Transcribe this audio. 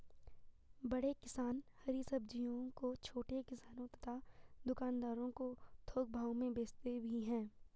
बड़े किसान हरी सब्जियों को छोटे किसानों तथा दुकानदारों को थोक भाव में भेजते भी हैं